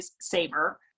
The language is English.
saver